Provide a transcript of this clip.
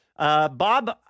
Bob